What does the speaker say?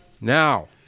Now